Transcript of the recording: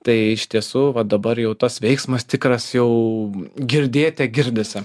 tai iš tiesų va dabar jau tas veiksmas tikras jau girdėte girdisi